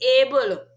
able